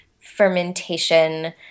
fermentation